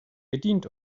bedient